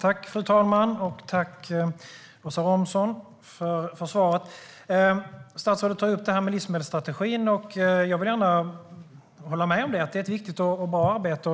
Fru talman! Tack, Åsa Romson, för svaret! Statsrådet tar upp det här med livsmedelsstrategin. Jag vill gärna hålla med om att det är ett viktigt och bra arbete.